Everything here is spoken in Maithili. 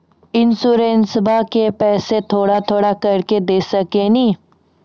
इंश्योरेंसबा के पैसा थोड़ा थोड़ा करके दे सकेनी?